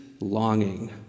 longing